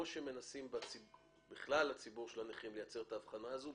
שמנסים בכלל הציבור של הנכים לייצר את ההבחנה הזאת,